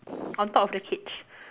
on top of the cage